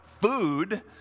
food